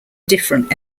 different